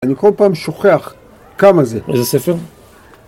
אני כל פעם שוכח כמה זה. איזה ספר?